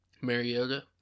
Mariota